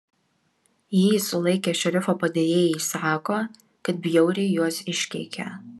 jį sulaikę šerifo padėjėjai sako kad bjauriai juos iškeikė